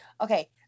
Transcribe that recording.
Okay